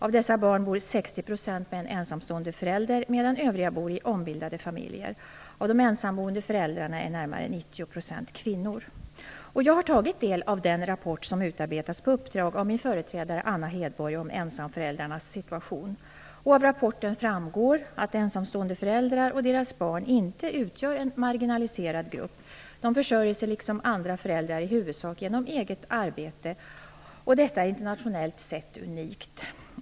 Av dessa barn bor 60 % med en ensamstående förälder, medan övriga bor i ombildade familjer. Av de ensamboende föräldrarna är närmare 90 % kvinnor. Jag har tagit del av den rapport som utarbetats på uppdrag av min företrädare Anna Hedborg om ensamföräldrarnas situation. Av rapporten framgår att ensamstående föräldrar och deras barn inte utgör en marginaliserad grupp. De försörjer sig liksom andra föräldrar i huvudsak genom eget arbete. Detta är internationellt sett unikt.